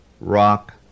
Rock